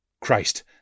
Christ